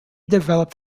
developed